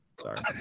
Sorry